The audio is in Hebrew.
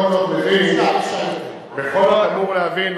בכל זאת אמור להבין,